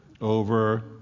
over